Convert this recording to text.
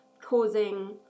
causing